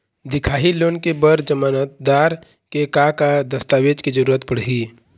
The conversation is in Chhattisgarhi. दिखाही लोन ले बर जमानतदार के का का दस्तावेज के जरूरत पड़ही?